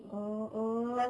oh